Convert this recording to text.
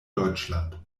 deutschland